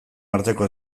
arteko